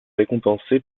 récompensé